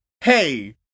hey